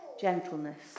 gentleness